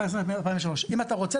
2023. אם אתה רוצה,